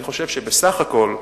אני חושב שבסך הכול,